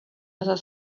other